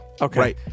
Okay